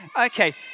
Okay